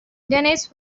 dennis